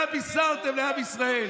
מה בישרתם לעם ישראל?